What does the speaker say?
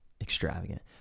extravagant